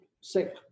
sick